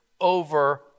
over